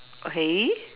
okay